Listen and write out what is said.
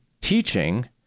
teaching